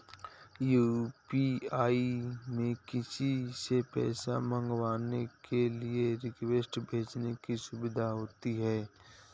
UPI में किसी से पैसा मंगवाने के लिए रिक्वेस्ट भेजने की सुविधा होती है